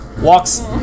walks